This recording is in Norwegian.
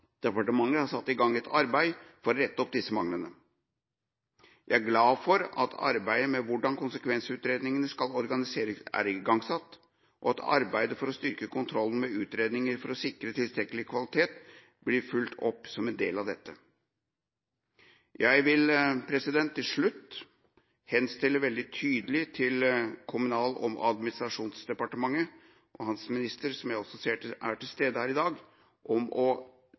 departementet har satt i gang et arbeid for å rette opp disse manglene. Jeg er glad for at arbeidet med hvordan konsekvensutredningene skal organiseres, er igangsatt, og at arbeidet for å styrke kontrollen med utredninger for å sikre tilstrekkelig kvalitet blir fulgt opp som en del av dette. Jeg vil til slutt henstille veldig tydelig til Kommunal- og regionaldepartementet og dets minister, som jeg ser er til stede her i dag, om å